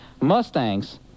Mustangs